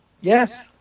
Yes